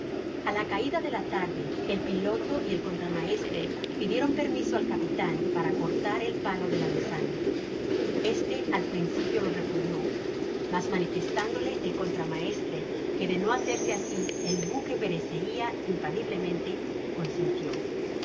a la caida de la tarde el piloto y el contramaestre pidieron permiso al capitan para cortar el palo de mesana este al principio lo repugnó mas manifestándole el contramaestre que de no hacerse asi el buque perecia infaliblemente consintió